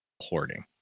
hoarding